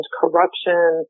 corruption